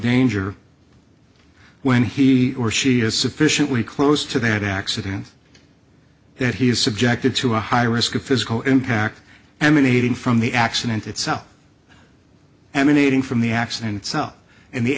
danger when he or she is sufficiently close to that accident that he is subjected to a high risk of physical impact and anything from the accident itself and anything from the accident itself and the